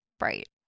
Right